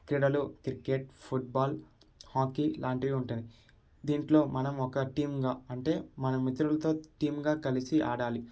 క్రీడలు cricket football hockey లాంటివి ఉంటాయి దీంట్లో మనం ఒక టీమ్గా అంటే మన మిత్రులతో టీమ్గా కలిసి ఆడాలి